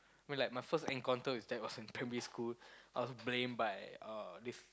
I mean like my first encounter with that was in primary school I was blamed by uh this